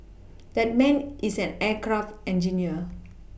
that man is an aircraft engineer